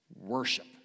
worship